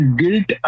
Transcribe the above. guilt